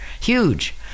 huge